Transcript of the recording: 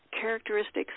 characteristics